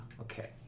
okay